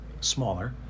smaller